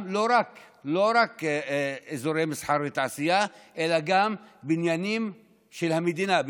זה לא רק אזורי מסחר ותעשייה אלא גם בניינים של המדינה,